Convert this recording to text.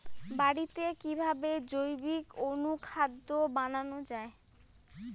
বাড়িতে কিভাবে জৈবিক অনুখাদ্য বানানো যায়?